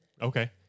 Okay